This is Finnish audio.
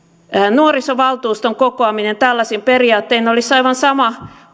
nuorisovaltuuston kokoaminen tällaisin periaattein olisi aivan sama